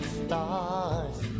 stars